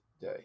day